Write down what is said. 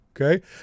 Okay